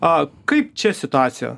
a kaip čia situacija